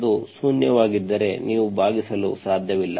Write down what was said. ಅದು ಶೂನ್ಯವಾಗಿದ್ದರೆ ನೀವು ಭಾಗಿಸಲು ಸಾಧ್ಯವಿಲ್ಲ